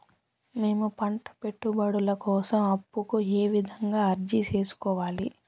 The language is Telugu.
మేము పంట పెట్టుబడుల కోసం అప్పు కు ఏ విధంగా అర్జీ సేసుకోవాలి?